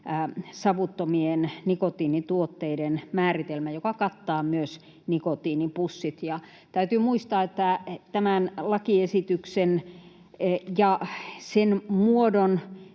savuttomien nikotiinituotteiden määritelmä, joka kattaa myös nikotiinipussit. Ja täytyy muistaa, että tämän lakiesityksen ja sen muodon